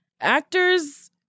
actors